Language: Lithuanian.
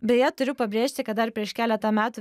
beje turiu pabrėžti kad dar prieš keletą metų